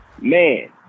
Man